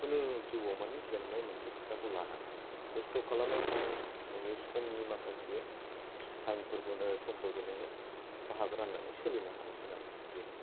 खुनु जिउआव मानि जेननाय मोनसे खोथाखौ लानाङा खस्थ' खालामनाय थानांगोन नोंनि समनि माखासे टाइम फोरखौनो समफोरखौ नोङो बाहागो राननानै सोलानो हानांगोन आरो बेनो